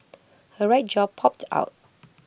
her right jaw popped out